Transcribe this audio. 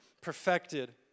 Perfected